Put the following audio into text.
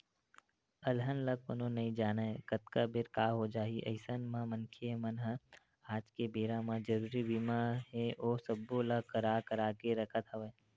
अलहन ल कोनो नइ जानय कतका बेर काय हो जाही अइसन म मनखे मन ह आज के बेरा म जरुरी बीमा हे ओ सब्बो ल करा करा के रखत हवय